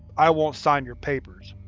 i won't sign your papers.